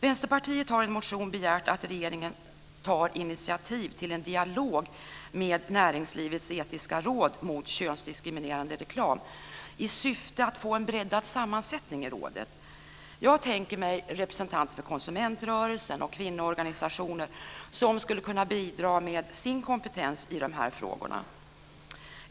Vänsterpartiet har i en motion begärt att regeringen ska ta initiativ till en dialog med Näringslivets etiska råd mot könsdiskriminerande reklam i syfte att få en breddad sammansättning i rådet. Jag tänker mig att representanter för konsumentrörelsen och kvinnoorganisationer skulle kunna bidra med sin kompetens i de här frågorna.